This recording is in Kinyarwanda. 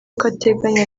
ateganya